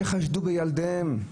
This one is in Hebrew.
שחשדו בילדיהם.